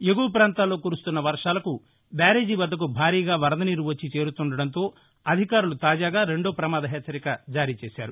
ఎగువ ప్రాంతాల్లో కురుస్తున్న వర్షాలకు బ్యారేజి వద్దకు భారీగా వరద నీరు వచ్చి చేరుతుండడంతో అధికారులు తాజాగా రెండో ప్రమాద హెచ్చరిక జారీ చేశారు